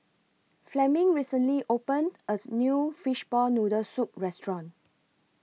Fleming recently opened A New Fishball Noodle Soup Restaurant